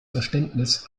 verständnis